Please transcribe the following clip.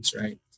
right